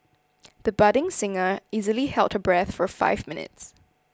the budding singer easily held her breath for five minutes